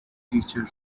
teacher